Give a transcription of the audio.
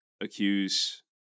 accuse